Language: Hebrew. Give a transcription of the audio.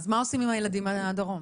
אז מה עושים עם הילדים מהדרום?